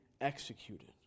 executed